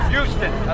Houston